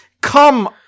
Come